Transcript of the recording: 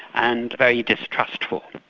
and very distrustful.